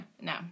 no